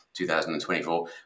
2024